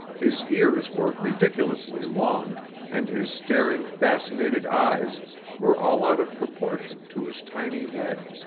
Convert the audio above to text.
his ears were ridiculously long and his staring, fascinated eyes were all out of proportion to his tiny head.